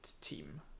team